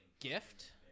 gift